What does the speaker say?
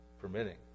permitting